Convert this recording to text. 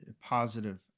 positive